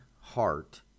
heart